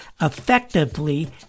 effectively